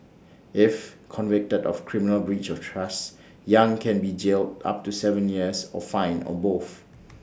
if convicted of criminal breach of trust yang can be jailed up to Seven years or fined or both